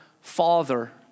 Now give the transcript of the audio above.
father